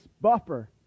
buffer